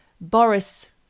Boris